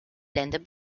länder